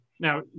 Now